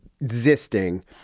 existing